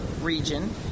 region